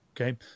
Okay